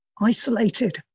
isolated